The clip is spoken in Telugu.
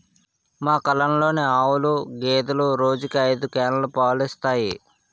మా కల్లంలోని ఆవులు, గేదెలు రోజుకి ఐదు క్యానులు పాలు ఇస్తాయి